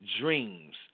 dreams